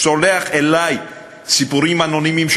שולח אלי סיפורים אנונימיים,